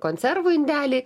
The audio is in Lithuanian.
konservų indeliai